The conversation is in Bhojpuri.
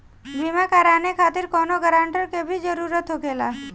बीमा कराने खातिर कौनो ग्रानटर के भी जरूरत होखे ला?